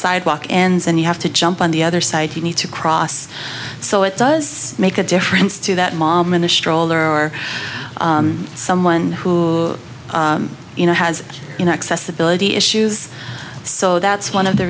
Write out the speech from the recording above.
sidewalk ends and you have to jump on the other side you need to cross so it does make a difference to that mom in a stroller or someone who you know has you know accessibility issues so that's one of the